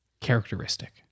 characteristic